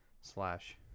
slash